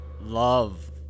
love